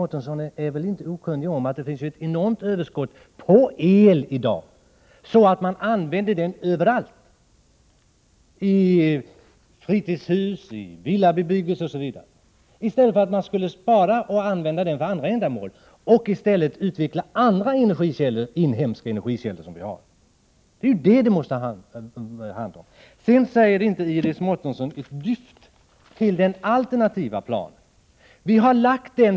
Men Iris Mårtensson är väl inte okunnig om att det i dag finns ett enormt överskott på el, vilket har lett till att man använder el överallt — i fritidshus, i villabebyggelse osv. I stället borde vi spara och använda elen för andra ändamål och utveckla övriga inhemska energikällor. Det är detta som det måste handla om. Iris Mårtensson sade inte ett dyft om den alternativa planen.